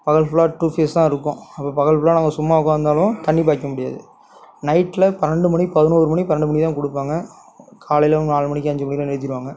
பகல் ஃபுல்லாக two phase தான் இருக்கும் அப்போ பகல் ஃபுல்லாக நாங்கள் சும்மா உக்கார்ந்தாலும் தண்ணி பாய்க்க முடியாது நைட்டில் பன்னெண்டு மணி பதினோரு மணி பன்னெண்டு மணிக்கு தான் கொடுப்பாங்க காலையில நாலு மணிக்கு அஞ்சு மணிக்கெல்லாம் நிறுத்திவிடுவாங்க